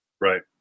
Right